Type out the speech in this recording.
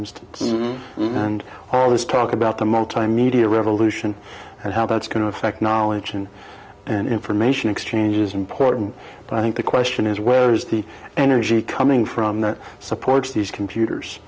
instance and all this talk about the multimedia revolution and how it's going to affect knowledge and and information exchange is important but i think the question is where is the energy coming from that supports these computers